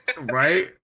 Right